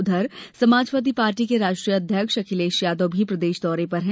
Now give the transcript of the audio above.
उधर समाजवादी पार्टी के राष्ट्रीय अध्यक्ष अखिलेश यादव भी प्रदेश दौरे पर हैं